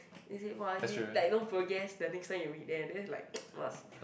is it !wah! you like no progress the next time you read then it's like must